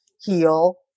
heal